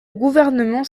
gouvernement